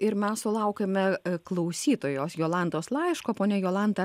ir mes sulaukiame klausytojos jolantos laiško ponia jolanta